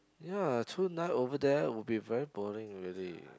ya two night over there will be very boring already